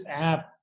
app